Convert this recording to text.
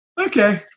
okay